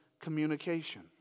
communication